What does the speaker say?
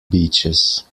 beaches